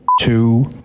Two